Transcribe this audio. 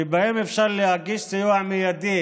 שבהם אפשר להגיש סיוע מיידי